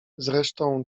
zresztą